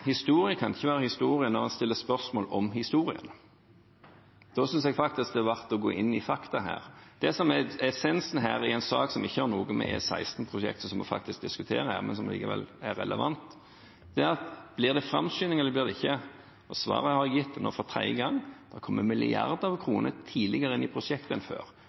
Historie kan ikke være historie når en stiller spørsmål om historien. Da synes jeg faktisk det er verdt å gå inn i faktaene her. Det som er essensen her – i en sak som ikke handler om E16-prosjektet som vi faktisk diskuterer her, men som allikevel er relevant – er om det blir framskynding eller ikke. Svaret har jeg gitt, nå for tredje gang: Det kommer milliarder av kroner tidligere enn før inn i prosjektet.